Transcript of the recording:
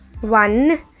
One